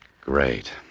Great